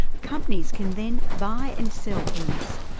companies can then buy and sell permits,